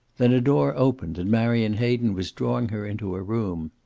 then a door opened, and marion hayden was drawing her into a room.